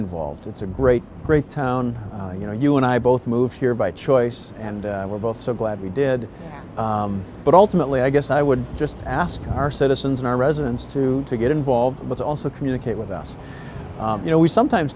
involved it's a great great town you know you and i both moved here by choice and we're both so glad we did but ultimately i guess i would just ask our citizens and our residents to to get involved but also communicate with us you know we sometimes